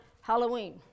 Halloween